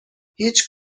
هیچ